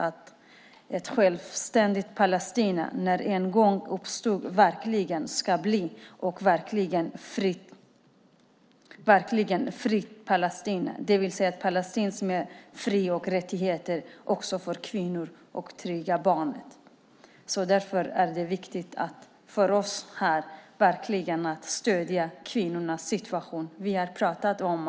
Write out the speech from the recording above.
När ett självständigt Palestina en gång uppstår ska det vara ett verkligt fritt Palestina, det vill säga ett Palestina med fri och rättigheter också för kvinnor samt trygghet för barnen. Därför är det viktigt för oss att stödja de palestinska kvinnorna, att satsa på kvinnorna.